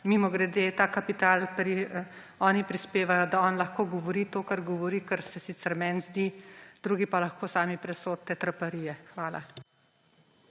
Mimogrede, oni prispevajo, da on lahko govori to, kar govori, kar se sicer meni zdi – drugi pa lahko sami presodite – traparije. Hvala.